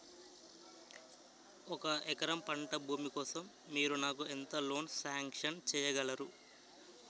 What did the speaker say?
ఒక ఎకరం పంట భూమి కోసం మీరు నాకు ఎంత లోన్ సాంక్షన్ చేయగలరు?